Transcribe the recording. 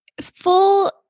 full